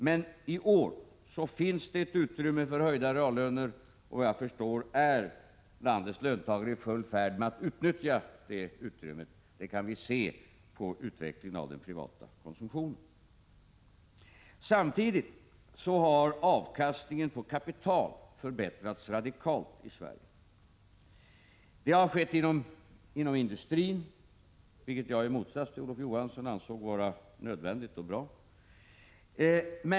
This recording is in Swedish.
Men i år finns ett utrymme för höjda reallöner, och efter vad jag förstår är landets löntagare i full färd med att utnyttja detta utrymme. Det kan vi se på utvecklingen av den privata konsumtionen. Samtidigt har avkastningen av kapital förbättrats radikalt i Sverige. Det har skett inom industrin, vilket jag i motsats till Olof Johansson Prot. 1986/87:14 anser vara nödvändigt och bra.